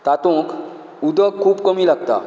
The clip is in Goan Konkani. तातूंत उदक खूब कमी लागता